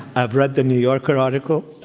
i've read the new yorker article.